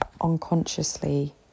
unconsciously